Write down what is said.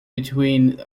between